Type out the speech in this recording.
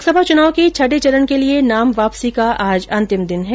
लोकसभा चुनाव के छठे चरण के लिये नाम वापसी का आज अंतिम दिन है